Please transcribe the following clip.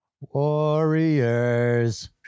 Warriors